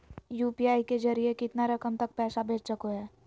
UPI के जरिए कितना रकम तक पैसा भेज सको है?